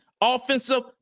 offensive